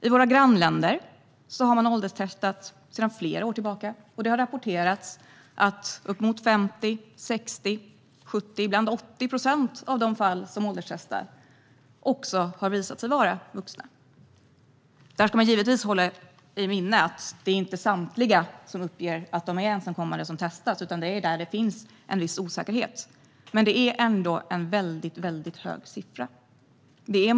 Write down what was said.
I våra grannländer har man ålderstestat sedan flera år tillbaka, och det har rapporterats att uppemot 50, 60, 70 eller ibland 80 procent av de personer som har ålderstestats har visat sig vara vuxna. Det ska givetvis påpekas att man inte testar samtliga som uppger att de är ensamkommande, utan detta sker när det finns en viss osäkerhet, men det är ändå en väldigt hög siffra.